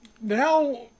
now